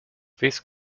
these